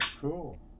cool